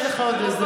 אבל יש לך עוד איזה,